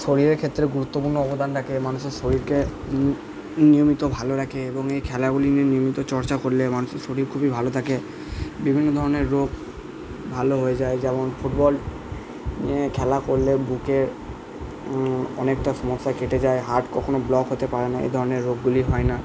শরীরের ক্ষেত্রে গুরুত্বপূর্ণ অবদান রাখে মানুশের শরীরকে নিয়মিত ভালো রাখে এবং এই খেলাগুলি নিয়ে নিয়মিত চর্চা করলে মানুষের শরীর খুবই ভালো থাকে বিভিন্ন ধরণের রোগ ভালো হয়ে যায় যেমন ফুটবল খেলা করলে বুকে অনেকটা সমস্যা কেটে যায় হার্ট কখনও ব্লক হতে পারে না এই ধরণের রোগগুলি হয় না